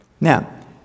Now